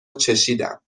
چشیدم